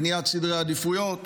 בניית סדרי העדיפויות,